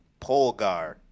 polgar